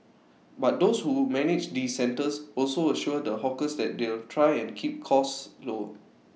but those who manage these centres also assure the hawkers that they'll try and keep costs low